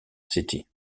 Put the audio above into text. city